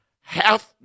half